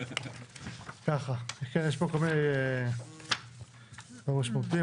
ככה, יש פה כל מיני דברים משמעותיים.